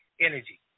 energy